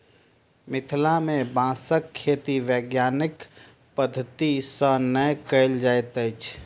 मिथिला मे बाँसक खेती वैज्ञानिक पद्धति सॅ नै कयल जाइत अछि